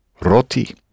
roti